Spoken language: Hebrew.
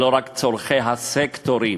ולא רק צורכי הסקטורים,